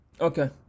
Okay